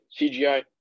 CGI